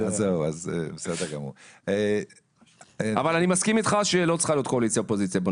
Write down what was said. אבל אני מסכים איתך שלא צריכה להיות בנושא הזה קואליציה ואופוזיציה.